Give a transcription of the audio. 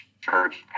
church